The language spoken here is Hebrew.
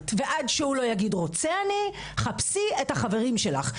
ועד שהוא לא יגיד רוצה אני חפשי את החברים שלך.